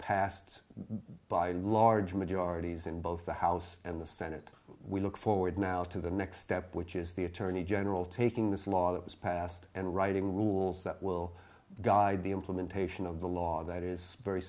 passed by large majorities in both the house and the senate we look forward now to the next step which is the attorney general taking this law that was passed and writing rules that will guide the implementation of the law that is very